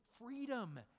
freedom